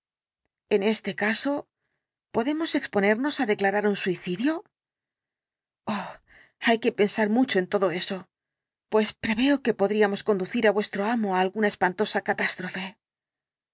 en este caso podemos exponernos á declarar el suicidio oh hay que pensar mucho en todo eso pues preveo que podríamos conducir á vuestro amo á alguna espantosa catástrofe